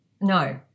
No